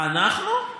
אנחנו?